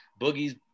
Boogie's